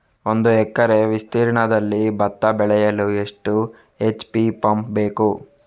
ಒಂದುಎಕರೆ ವಿಸ್ತೀರ್ಣದಲ್ಲಿ ಭತ್ತ ಬೆಳೆಯಲು ಎಷ್ಟು ಎಚ್.ಪಿ ಪಂಪ್ ಬೇಕು?